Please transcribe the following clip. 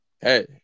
Hey